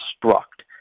construct